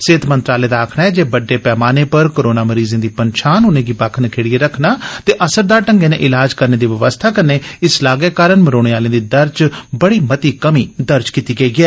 सेह्त मंत्रालय दा आक्खना ऐ जे बड्डे पैमाने पर कोरोना मरीजें दी पंछान उनेंगी बक्ख नखेडियै रखना ते असरदार ढंगै नै इलाज करने दी बवस्था कन्नै इस लागै कारण मरोने आले दी दर च बड़ी मती कमी दर्ज कीती गेई ऐ